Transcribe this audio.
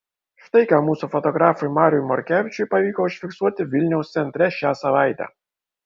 štai ką mūsų fotografui mariui morkevičiui pavyko užfiksuoti vilniaus centre šią savaitę